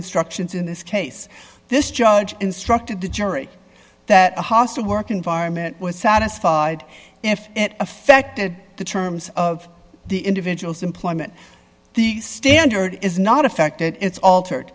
instructions in this case this judge instructed the jury that a hostile work environment was satisfied if it affected the terms of the individual's employment the standard is not affected it's altered